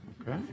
okay